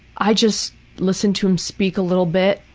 i just listen to him speak a little bit,